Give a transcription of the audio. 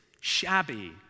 shabby